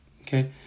Okay